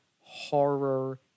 horror